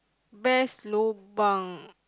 best lobang